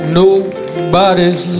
nobody's